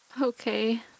Okay